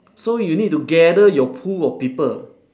so you need to gather your pool of people